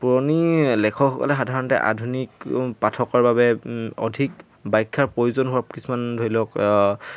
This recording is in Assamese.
পুৰণি লেখকসকলে সাধাৰণতে আধুনিক পাঠকৰ বাবে অধিক বাখ্যাৰ প্ৰয়োজন হোৱাৰ কিছুমান ধৰি লওক